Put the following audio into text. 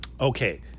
Okay